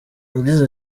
yagize